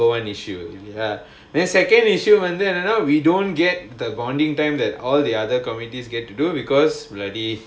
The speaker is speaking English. number one issue ya then second issue வந்து என்னனா:vandhu ennanaa we don't get the bonding time that all the other committees get to do because bloody